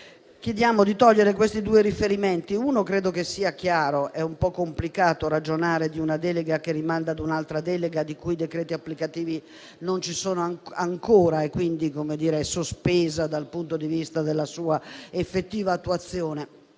chiediamo di togliere questi due riferimenti. Uno credo che sia chiaro: è un po' complicato ragionare su una delega che rimanda a un'altra delega, i cui decreti applicativi non ci sono ancora e quindi, come dire, è sospesa dal punto di vista della sua effettiva attuazione.